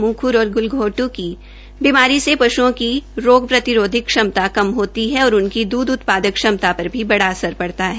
मुंह खुर की बीमारी से पशुओं की रोग प्रतिरोधक क्षमता कम होती है और उनकी दूध उत्पादक क्षमता पर भी बड़ा असर पड़ता है